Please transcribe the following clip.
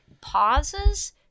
pauses